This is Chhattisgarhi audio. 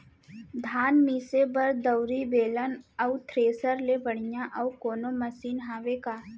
धान मिसे बर दउरी, बेलन अऊ थ्रेसर ले बढ़िया अऊ कोनो मशीन हावे का?